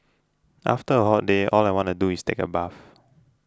after a hot day all I want to do is take a bath